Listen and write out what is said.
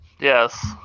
Yes